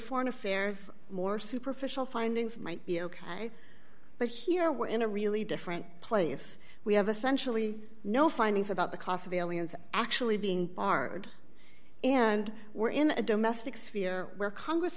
foreign affairs more superficial findings might be ok but here we're in a really different place we have a sensually no findings about the cost of aliens actually being barred and we're in a domestic sphere where congress